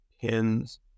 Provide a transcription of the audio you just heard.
pins